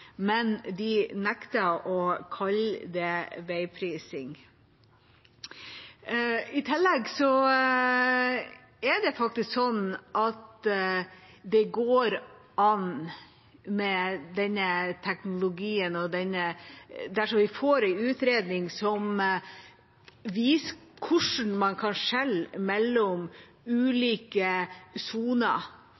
men de nekter å kalle det veiprising. I tillegg er det faktisk sånn at dette går an med denne teknologien, dersom vi får en utredning som viser hvordan man kan skille mellom